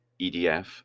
EDF